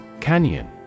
Canyon